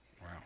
Wow